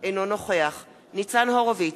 אינו נוכח ניצן הורוביץ,